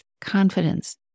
confidence